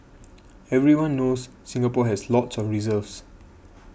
everyone knows Singapore has lots of reserves